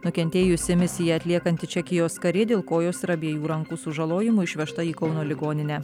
nukentėjusi misiją atliekanti čekijos karė dėl kojos ir abiejų rankų sužalojimų išvežta į kauno ligoninę